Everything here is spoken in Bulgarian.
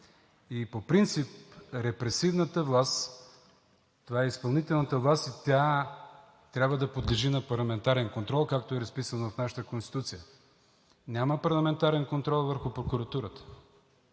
и по принцип репресивната власт – това е изпълнителната власт и тя трябва да подлежи на парламентарен контрол, както е разписано в нашата Конституция. Няма парламентарен контрол върху прокуратурата.